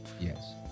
Yes